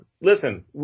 listen